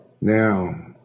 now